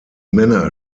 männer